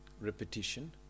Repetition